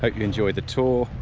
ah you enjoyed the tour,